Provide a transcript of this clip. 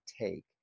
take